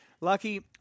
lucky